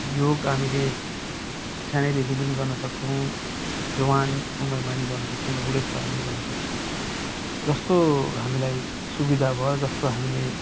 योग हामीले सानैदेखि पनि गर्नसक्छौँ जवान उमेरमा पनि गर्नसक्छौँ र बुढेसकालमा पनि गर्नसक्छौँ जस्तो हामीलाई सुविधा भयो जस्तो हामीले